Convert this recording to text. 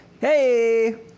Hey